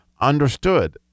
understood